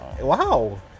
Wow